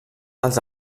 els